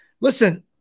Listen